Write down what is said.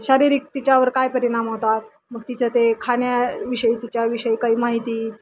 शारीरिक तिच्यावर काय परिणाम होतात मग तिच्या ते खाण्याविषयी तिच्याविषयी काही माहिती